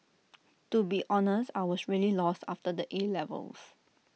to be honest I was really lost after the A levels